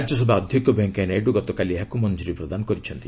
ରାଜ୍ୟସଭା ଅଧ୍ୟକ୍ଷ ଭେଙ୍କିୟା ନାଇଡୁ ଗତକାଲି ଏହାକୁ ମଞ୍ଜୁରୀ ପ୍ରଦାନ କରିଛନ୍ତି